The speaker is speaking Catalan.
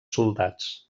soldats